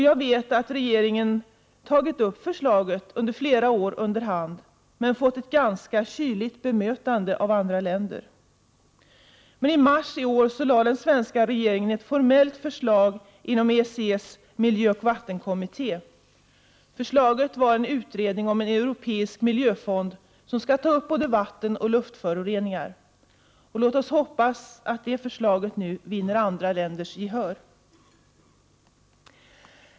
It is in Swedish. Jag vet att regeringen under hand har tagit upp förslaget under flera år men fått ett ganska kyligt bemötande av andra länder. I mars i år lade den svenska regeringen fram ett formellt förslag inom ECE:s miljöoch vattenkommitté om en utredning om en europeisk miljöfond, som skall ta upp både vattenoch luftföroreningar. Låt oss hoppas att det förslaget nu vinner andra länders gehör.